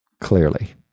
clearly